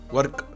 Work